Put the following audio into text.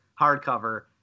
hardcover